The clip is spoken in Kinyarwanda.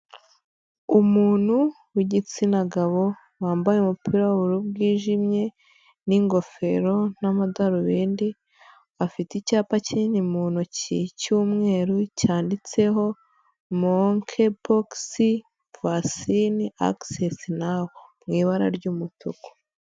Umuntu w'igitsina gabo wambaye umupira w'ubururu bwijimye n'ingofero n'amadarubindi afite icyapa kinini mu ntoki cy'umweru cyanditseho monke pogisi vasine agisesi nawu mu ibara ry'umutuku.